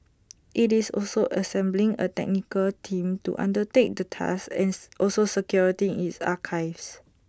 IT is also assembling A technical team to undertake the task ends also security its archives